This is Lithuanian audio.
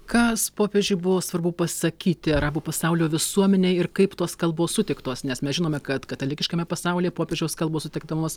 kas popiežiui buvo svarbu pasakyti arabų pasaulio visuomenei ir kaip tos kalbos sutiktos nes mes žinome kad katalikiškame pasaulyje popiežiaus kalbos sutinkamos